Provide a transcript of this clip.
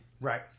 Right